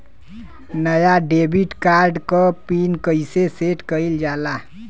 नया debit card क pin कईसे सेट कईल जाला?